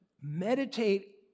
meditate